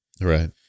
Right